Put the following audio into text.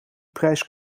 prijs